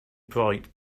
bright